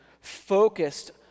focused